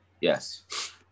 Yes